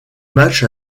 match